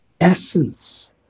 essence